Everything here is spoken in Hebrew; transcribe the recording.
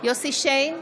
יוסף שיין,